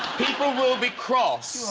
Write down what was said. people will be cross